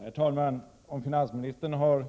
Herr talman! Om finansministern har